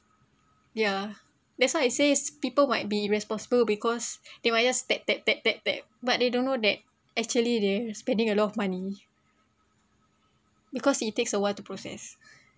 ya that's why I says people might be irresponsible because they might just tap tap tap tap tap but they don't know that actually they're spending a lot of money because it takes a while to process